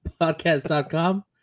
Podcast.com